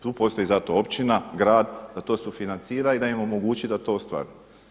Tu postoji zato općina, grad da to sufinancira i da im omogući da to ostvari.